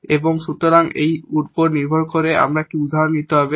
সুতরাং শুধু এই উপর ভিত্তি করে একটি উদাহরণ নিতে হবে